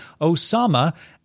osama